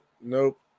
Nope